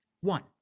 One